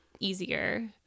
easier